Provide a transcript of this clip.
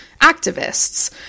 activists